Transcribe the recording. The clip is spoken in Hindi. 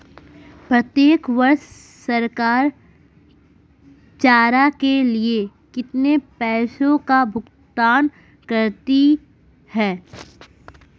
प्रत्येक वर्ष सरकार चारा के लिए कितने पैसों का भुगतान करती है?